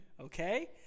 Okay